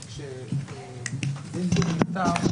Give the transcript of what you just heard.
כשבן זוג נפטר,